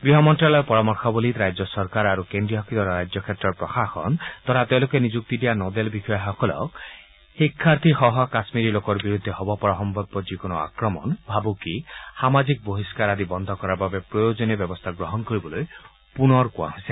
গৃহ মন্ত্যালয়ৰ পৰামৰ্শৱলীত ৰাজ্য চৰকাৰ আৰু কেন্দ্ৰীয়শাসিত ৰাজ্য ক্ষেত্ৰৰ প্ৰশাসন তথা তেওঁলোকে নিযুক্তি দিয়া নোডেল বিষয়াসকলক শিক্ষাৰ্থীসহ কাশ্মিৰী লোকৰ বিৰুদ্ধে হ'ব পৰা সম্ভাব্য যিকোনো আক্ৰমণ ভাবুকি সামাজিক বহিষ্ণাৰ আদি বন্ধ কৰাৰ বাবে প্ৰয়োজনীয় ব্যৱস্থা গ্ৰহণ কৰিবলৈ পুনৰ কোৱা হৈছে